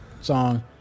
song